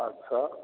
अच्छा